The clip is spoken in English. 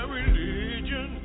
religion